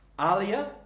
Alia